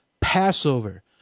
Passover